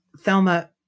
Thelma